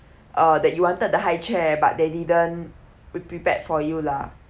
uh that you wanted the high chair but they didn't be prepared for you lah